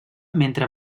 mentre